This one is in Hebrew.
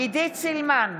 עידית סילמן,